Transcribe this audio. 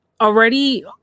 already